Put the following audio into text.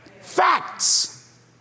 facts